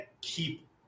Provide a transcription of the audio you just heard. keep